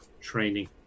training